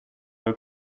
ihre